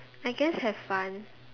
I guess have fun